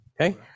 okay